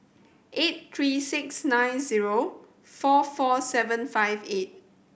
eight three six nine zero four four seven five eight